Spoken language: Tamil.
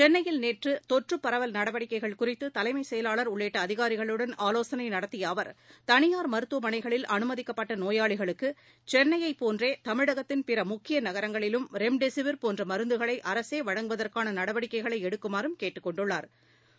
சென்னையில் நேற்று தொற்று பரவல் நடவடிக்கைகள் குறித்து தலைமை செயலாளர் உள்ளிட்ட அதிகாரிகளுடன் ஆவோசனை நடத்திய அவர் தனியார் மருத்துவமனைகளில் அனுமதிக்கப்பட்ட நோயாளிகளுக்கு சென்னையை போன்றே தமிழகத்தின் பிற முக்கிய நகரங்களிலும் ரெம்டெசிவிர் போன்ற மருந்துகளை அரசே வழங்குவதற்கான நடவடிக்கைகளை எடுக்குமாறும் கேட்டுக்கொண்டுள்ளாா்